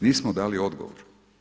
Nismo dali odgovor.